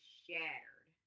shattered